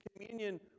communion